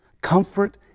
comfort